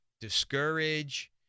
discourage